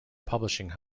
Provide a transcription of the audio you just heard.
publishing